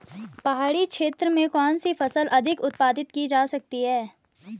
पहाड़ी क्षेत्र में कौन सी फसल अधिक उत्पादित की जा सकती है?